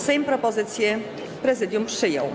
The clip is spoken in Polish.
Sejm propozycję Prezydium przyjął.